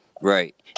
Right